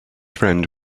friend